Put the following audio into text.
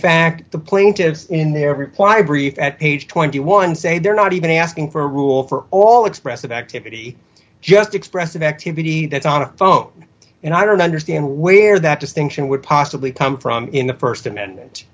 fact the plaintiffs in their reply brief at page twenty one say they're not even asking for a rule for all expressive activity just expressive activity that's on a phone and i don't understand where that distinction would possibly come from in the st amendment